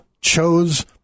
chose